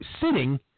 sitting